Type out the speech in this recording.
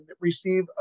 receive